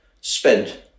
spent